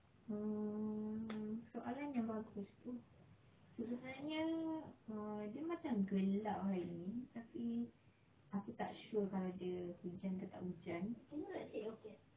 um soalan yang bagus tu bila tanya ah dia macam gelap hari ni tapi aku tak sure kalau dia hujan ke tak hujan